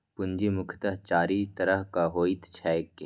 पूंजी मुख्यतः चारि तरहक होइत छैक